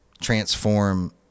transform